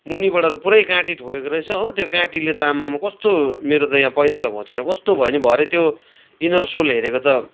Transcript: मुनिबाट त पूरै काँटी ठोकेको रहेछ हो त्यो काँटीले त आममम कस्तो मेरो त यहाँ पाइताला घोचेर कस्तो भयो नि भरे त्यो इनर सोल हेरेको त